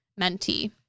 mentee